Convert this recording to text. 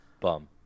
Bum